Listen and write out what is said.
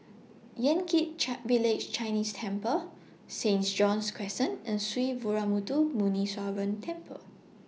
Yan Kit chart Village Chinese Temple Saint John's Crescent and Sree Veeramuthu Muneeswaran Temple